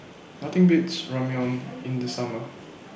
Nothing Beats Ramyeon in The Summer